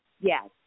Yes